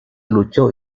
luchó